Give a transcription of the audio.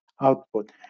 output